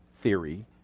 theory